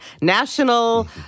National